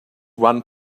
one